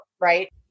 right